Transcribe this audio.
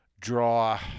draw